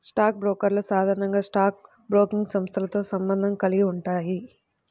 stock బ్రోకర్లు సాధారణంగా stock broking సంస్థతో సంబంధం కలిగి ఉంటారు